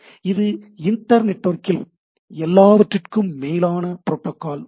இது இன்டர் நெட்வொர்க்கில் எல்லாவற்றிற்கும் மேலான ப்ரோட்டோக்கால் ஆகும்